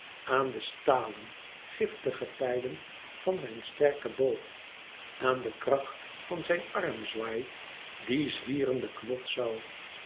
aan de stalen giftige pijlen van zijn sterken boog aan de kracht van zijn armzwaai die zwieren den knots zoû